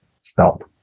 stop